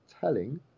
telling